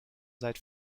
seit